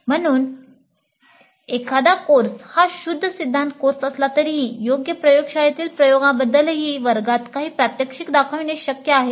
म्हणून एखादा कोर्स हा शुद्ध सिद्धांत कोर्स असला तरीही योग्य प्रयोगशाळेतील प्रयोगांबद्दलही वर्गात काही प्रात्यक्षिके दाखवणे शक्य आहे